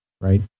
Right